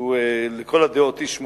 שהוא לכל הדעות איש מוכשר,